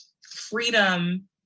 freedom